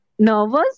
Nervous